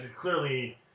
clearly